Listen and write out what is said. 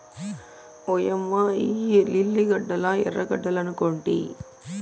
ఓయమ్మ ఇయ్యి లిల్లీ గడ్డలా ఎర్రగడ్డలనుకొంటి